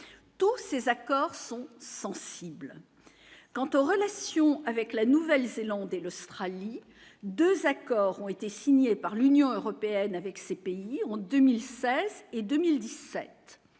tous ces accords sont sensibles quant aux relations avec la Nouvelle-Zélande et l'Australie 2 accords ont été signés par l'Union européenne avec ces pays, en 2016 et 2017,